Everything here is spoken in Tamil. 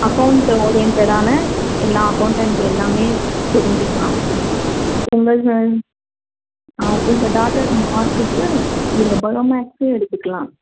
அகௌண்ட் ஓரியண்ட்டடான எல்லா அக்கௌன்ட்டண்ட் எல்லாம் தெரிஞ்சுக்கலாம் உங்களுது உங்கள் டாட்டர் மார்க்குக்கு நீங்கள் பயோமேக்ஸே எடுத்துக்கலாம்